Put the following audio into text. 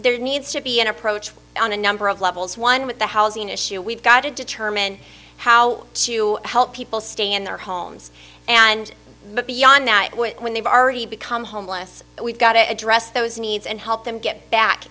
there needs to be an approach on a number of levels one with the housing issue we've got to determine how to help people stay in their homes and but beyond that when they've already become homeless we've got to address those needs and help them get back